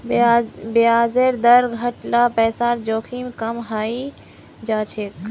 ब्याजेर दर घट ल पैसार जोखिम कम हइ जा छेक